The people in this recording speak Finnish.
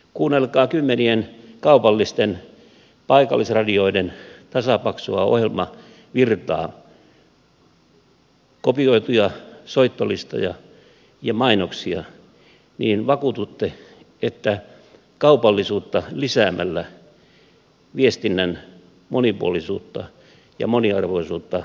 kuunnelkaa kymmenien kaupallisten paikallisradioiden tasapaksua ohjelmavirtaa kopioituja soittolistoja ja mainoksia niin vakuututte että kaupallisuutta lisäämällä viestinnän monipuolisuutta ja moniarvoisuutta ei turvata